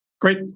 Great